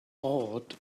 ought